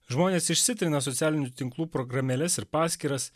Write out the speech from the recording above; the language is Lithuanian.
žmonės išsitrina socialinių tinklų programėles ir paskyras